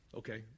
okay